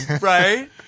Right